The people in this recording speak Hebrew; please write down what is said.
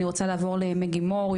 אני רוצה לעבור למגי מור,